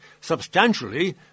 substantially